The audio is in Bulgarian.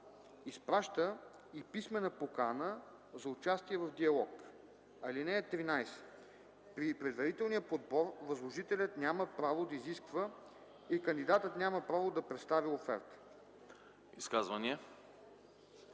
изпраща и писмена покана за участие в диалог. (13) При предварителния подбор възложителят няма право да изисква и кандидатът няма право да представя оферта.”